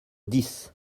dix